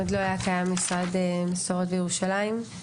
עוד לא היה קיים משרד ירושלים ומסורת,